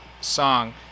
song